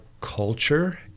culture